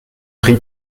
ris